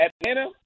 Atlanta